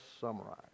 summarize